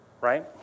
right